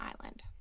island